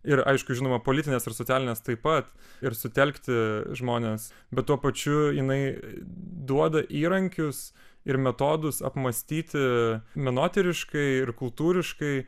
ir aišku žinoma politines ir socialines taip pat ir sutelkti žmones bet tuo pačiu jinai duoda įrankius ir metodus apmąstyti menotyriškai ir kultūriškai